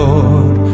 Lord